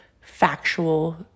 factual